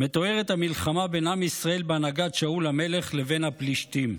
מתוארת המלחמה בין עם ישראל בהנהגת שאול המלך לבין הפלשתים.